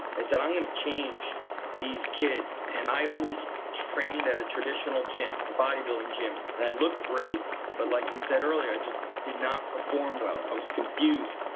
i said, i'm going to change these kids. and i always trained at a traditional gym, a bodybuilding gym, and i looked great but like we said earlier i just did not perform well. i was confused.